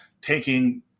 taking